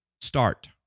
Start